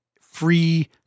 free